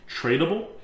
tradable